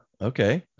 Okay